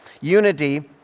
Unity